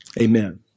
Amen